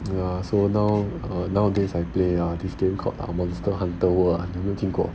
err so now err nowadays I play err this game called ah monster hunter world 有没有听过